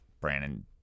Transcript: Brandon